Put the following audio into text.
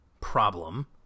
problem